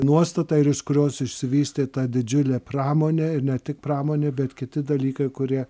nuostata ir iš kurios išsivystė ta didžiulė pramonė ir ne tik pramonė bet kiti dalykai kurie